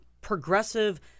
progressive